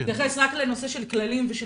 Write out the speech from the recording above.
הוא התייחס רק לנושא של כללים ושל